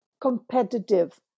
competitive